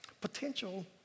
Potential